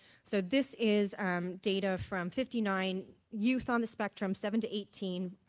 so this is data from fifty nine youth on the spectrum, seven to eighteen,